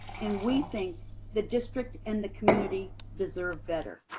and we think the district and the community deserve better.